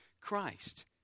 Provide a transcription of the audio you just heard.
Christ